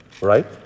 right